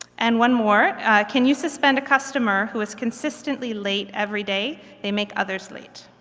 and one more can you suspend a customer who is consistently late every day they make others late?